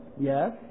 yes